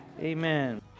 Amen